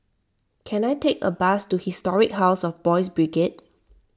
can I take a bus to Historic House of Boys' Brigade